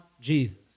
Jesus